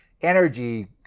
energy